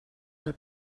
del